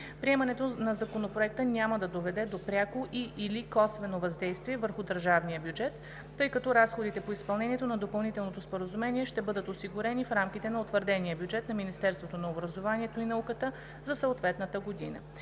Приемането на Законопроекта няма да доведе до пряко и/или косвено въздействие върху държавния бюджет, тъй като разходите по изпълнението на Допълнителното споразумение ще бъдат осигурени в рамките на утвърдения бюджет на Министерството на образованието и науката за съответната година.